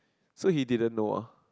so he didn't know ah